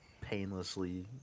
painlessly